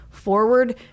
forward